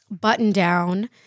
button-down